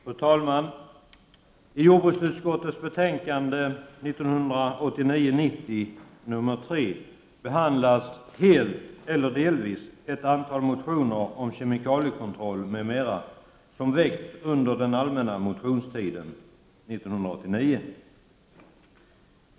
Fru talman! I jordbruksutskottets betänkande 1989/90:JoU3 behandlas helt eller delvis ett antal motioner om kemikaliekontroll m.m. som väckts under den allmänna motionstiden 1989.